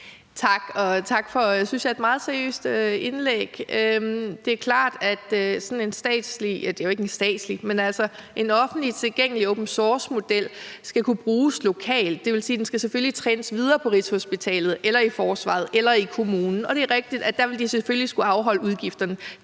Tak, og tak for et meget seriøst, synes jeg, indlæg. Det er klart, at sådan en offentligt tilgængelig open source-model skal kunne bruges lokalt. Det vil sige, at den selvfølgelig skal trænes videre på Rigshospitalet eller i forsvaret eller i kommunen, og det er rigtigt, at der vil de selvfølgelig skulle afholde udgifterne.